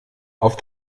auf